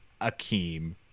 Akeem